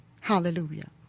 Hallelujah